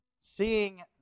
seeing